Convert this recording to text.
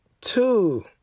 two